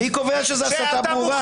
מי קובע שזה הסתה ברורה?